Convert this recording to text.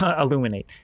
illuminate